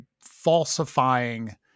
falsifying